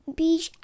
Beach